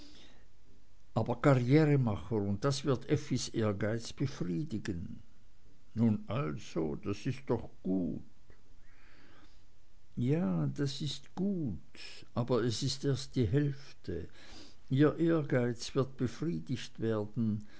also karrieremacher und das wird effis ehrgeiz befriedigen nun also das ist doch gut ja das ist gut aber es ist erst die hälfte ihr ehrgeiz wird befriedigt werden